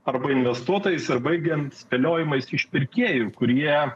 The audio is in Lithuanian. arba investuotojais ir baigiant spėliojimais iš pirkėjų kurie